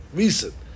recent